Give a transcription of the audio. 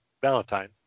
valentine